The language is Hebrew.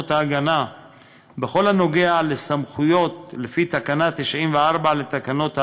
בכל הנוגע לסמכויות לפי תקנה 94 לתקנות ההגנה,